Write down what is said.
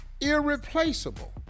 irreplaceable